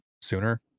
sooner